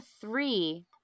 three